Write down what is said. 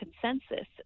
consensus